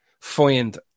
find